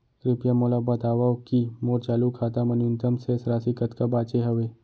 कृपया मोला बतावव की मोर चालू खाता मा न्यूनतम शेष राशि कतका बाचे हवे